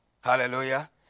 Hallelujah